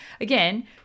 again